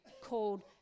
called